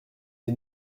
est